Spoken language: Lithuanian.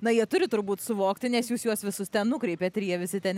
na jie turi turbūt suvokti nes jūs juos visus ten nukreipėt ir jie visi ten